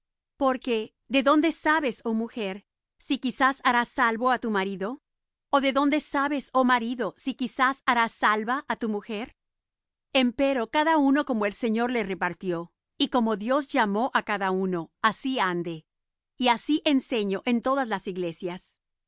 dios porque de dónde sabes oh mujer si quizá harás salva á tu marido ó de dónde sabes oh marido si quizá harás salvo á tu mujer empero cada uno como el señor le repartió y como dios llamó á cada uno así ande y así enseño en todas las iglesias